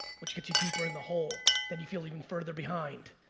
which gets you deeper in the hole. then you feel even further behind.